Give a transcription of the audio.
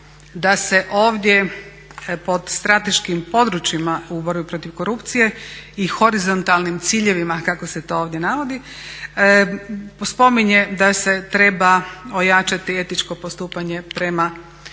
da se ovdje pod strateškim područjima u borbi protiv korupcije i horizontalnim ciljevima kako se to ovdje navodi, spominje da se treba ojačati etičko postupanje političara,